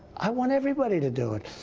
i want everybody to do it.